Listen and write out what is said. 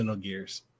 Gears